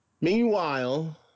Meanwhile